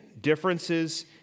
Differences